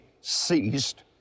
ceased